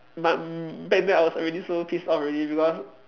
but back then I was already so pissed off already because